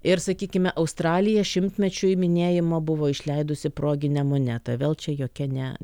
ir sakykime australija šimtmečiui minėjimo buvo išleidusi proginę monetą vėl čia jokia ne